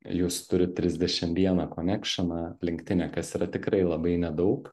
jūs turit trisdešim vieną konekšiną linktine kas yra tikrai labai nedaug